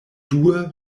due